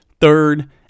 third